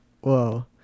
Whoa